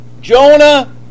Jonah